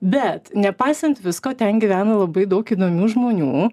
bet nepaisant visko ten gyvena labai daug įdomių žmonių